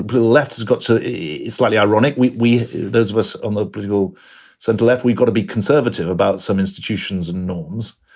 the left has got so a slightly ironic we. theirs was on the political center left. we've got to be conservative about some institutions and norms.